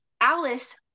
Alice